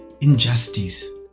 injustice